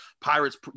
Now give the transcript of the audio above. Pirates